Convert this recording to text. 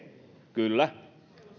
kyllä